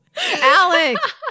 Alex